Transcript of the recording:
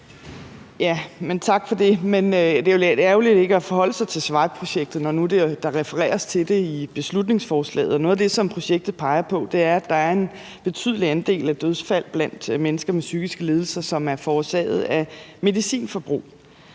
Tak for det, men det er jo lidt ærgerligt ikke at forholde sig til SURVIVE-projektet, når nu der refereres til det i beslutningsforslaget. Noget af det, som projektet peger på, er, at der er en betydelig andel af dødsfald blandt mennesker med psykiske lidelser, som er forårsaget af medicinforbrug.